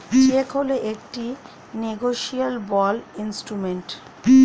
check হল একটি negotiable instrument